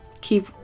keep